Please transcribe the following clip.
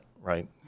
right